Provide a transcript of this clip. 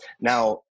Now